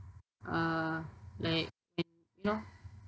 uh like lor